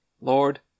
Lord